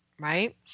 right